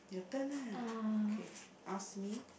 your turn ah okay ask me